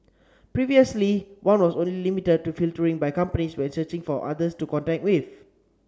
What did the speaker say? previously one was only limited to filtering by companies when searching for others to connect with